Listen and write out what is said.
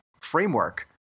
framework